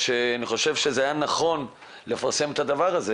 אני חושב שהיה נכון לפרסם את הדבר הזה